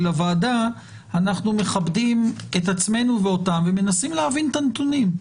לוועדה אנחנו מכבדים את עצמנו ואותם ומנסים להבין את הנתונים.